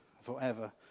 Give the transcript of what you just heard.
forever